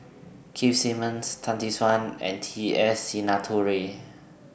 Keith Simmons Tan Tee Suan and T S Sinnathuray